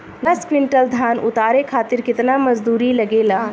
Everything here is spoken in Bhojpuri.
दस क्विंटल धान उतारे खातिर कितना मजदूरी लगे ला?